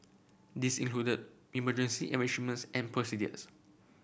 this included emergency and procedures